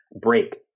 break